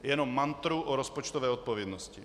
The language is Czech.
Jenom mantru o rozpočtové odpovědnosti.